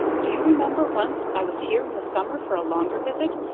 do you remember once i was here in the summer for a longer visit,